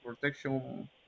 protection